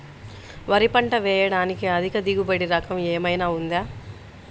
వరి పంట వేయటానికి అధిక దిగుబడి రకం ఏమయినా ఉందా?